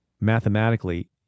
mathematically